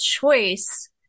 choice